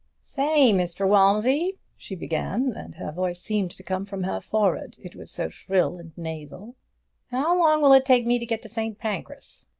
say, mr. walmsley, she began, and her voice seemed to come from her forehead it was so shrill and nasal how long will it take me to get to st. pancras?